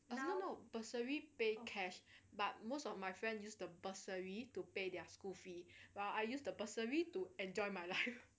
no no no bursary pay cash but most of my friend use the bursary to pay their school fee while I use the bursary to enjoy my life